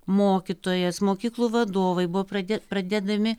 mokytojas mokyklų vadovai buvo pradė pradedami